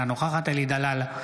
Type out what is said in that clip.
אינה נוכחת אלי דלל,